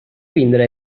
vindre